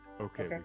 okay